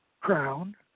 crown